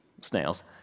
Snails